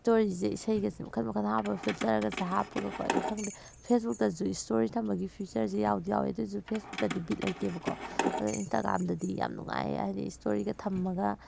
ꯏꯁꯇꯣꯔꯤꯁꯦ ꯏꯁꯩꯒꯁꯦ ꯃꯈꯜ ꯃꯈꯜ ꯍꯥꯞꯄꯒ ꯐꯤꯜꯇꯔꯒꯁꯦ ꯍꯥꯞꯄꯒꯀꯣ ꯑꯩ ꯈꯪꯗꯦ ꯐꯦꯁꯕꯨꯛꯇꯁꯨ ꯏꯁꯇꯣꯔꯤ ꯊꯝꯕꯒꯤ ꯐ꯭ꯌꯨꯆꯔꯁꯦ ꯌꯥꯎꯗꯤ ꯌꯥꯎꯋꯦ ꯑꯗꯨꯑꯣꯏꯁꯨ ꯐꯦꯁꯕꯨꯛꯇꯗꯤ ꯕꯤꯠ ꯂꯩꯇꯦꯕꯀꯣ ꯑꯗꯨꯅ ꯏꯟꯁꯇꯥꯒ꯭ꯔꯥꯝꯗꯗꯤ ꯌꯥꯝ ꯅꯨꯡꯉꯥꯏꯌꯦ ꯍꯥꯏꯗꯤ ꯏꯁꯇꯣꯔꯤꯒ ꯊꯝꯃꯒ